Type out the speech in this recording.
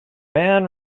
man